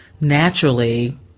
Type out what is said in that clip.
naturally